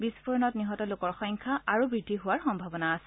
বিস্ফোৰণত নিহত লোকৰ সংখ্যা আৰু বৃদ্ধি হোৱাৰ সভাৱনা আছে